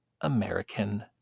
American